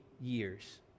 years